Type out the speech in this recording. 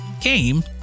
game